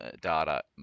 data